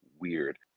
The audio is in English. weird